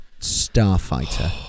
Starfighter